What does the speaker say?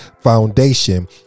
foundation